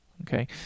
okay